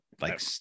like-